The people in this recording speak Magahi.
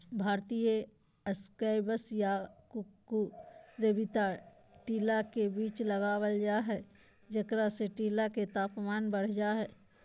भारतीय स्क्वैश या कुकुरविता टीला के बीच लगावल जा हई, जेकरा से टीला के तापमान बढ़ जा हई